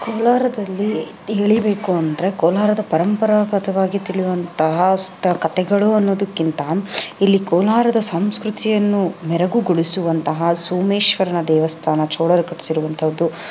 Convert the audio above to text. ಕೋಲಾರದಲ್ಲಿ ಹೇಳಬೇಕು ಅಂದರೆ ಕೋಲಾರದ ಪರಂಪರಾಗತವಾಗಿ ತಿಳಿಯುವಂತಹ ಸ್ತ ಕತೆಗಳು ಅನ್ನೋದಕ್ಕಿಂತ ಇಲ್ಲಿ ಕೋಲಾರದ ಸಂಸ್ಕೃತಿಯನ್ನು ಮೆರಗುಗೊಳಿಸುವಂತಹ ಸೋಮೇಶ್ವರನ ದೇವಸ್ಥಾನ ಚೋಳರು ಕಟ್ಟಿಸಿರುವಂಥದ್ದು